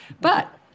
but-